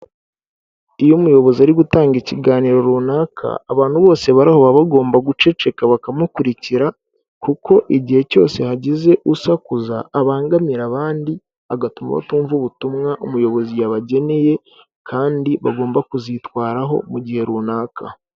Iyo umuyobozi ari gutanga ikiganiro runaka abantu bose bari aho baba bagomba guceceka bakamukurikira, kuko igihe cyose hagize usakuza abangamira abandi, agatuma batumva ubutumwa umuyobozi yabageneye kandi bagomba kuzitwaraho mu gihe runaka.